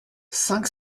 cinq